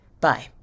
Bye